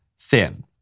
thin